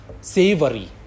savory